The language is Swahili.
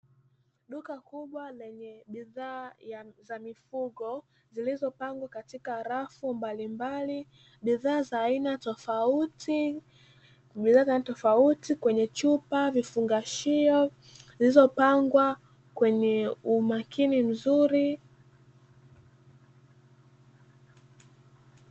Duka kubwa lenye bidhaa za mifugo zilizopandwa katika rafu mbalimbali, bidhaa za aina tofauti kwenye chupa, vifungashio vimepangwa kwenye umakini mzuri.